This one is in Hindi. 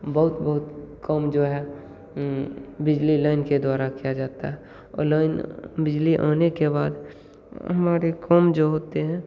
बहुत बहुत काम जो है बिजली लाइन के द्वारा किया जाता है लाइन बिजली आने के बाद हमारे काम जो होते हैं